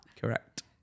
Correct